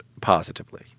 positively